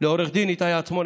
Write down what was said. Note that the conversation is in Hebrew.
לעו"ד איתי עצמון,